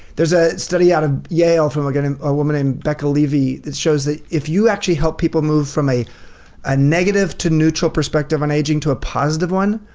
there's a study out of yale from like and a woman named becca levy, that shows that if you actually help people move from a a negative to neutral perspective on aging to a positive one,